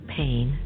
pain